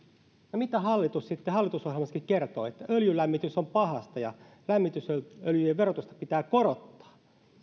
no mitä hallitus sitten hallitusohjelmassakin kertoo öljylämmitys on pahasta ja lämmitysöljyjen verotusta pitää korottaa